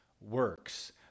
works